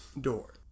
door